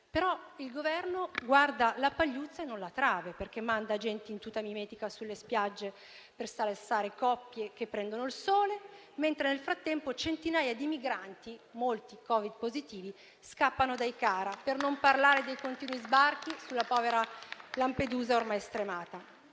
Il Governo però guarda la pagliuzza e non la trave, perché manda gente in tuta mimetica sulle spiagge per controllare le coppie che prendono il sole, mentre nel frattempo centinaia di migranti, di cui molti Covid positivi, scappano dai CARA, per non parlare dei continui sbarchi sulla povera Lampedusa ormai stremata.